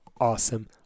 awesome